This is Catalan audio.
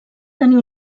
tenir